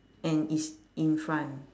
and is in front